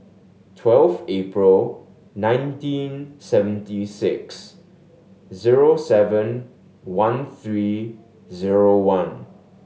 twelve April nineteen seventy six zero seven one three zero one